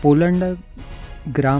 Poland ग्रां